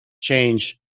change